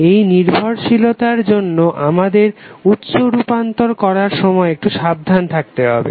এই নির্ভরশীলতার জন্য আমাদের উৎস রূপান্তর করার সময় একটু সাবধান থাকতে হবে